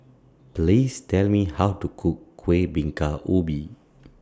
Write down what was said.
Please Tell Me How to Cook Kueh Bingka Ubi